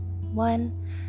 one